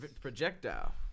Projectile